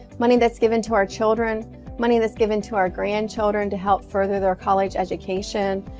money that's given to our children money that's given to our grandchildren to help further their college education.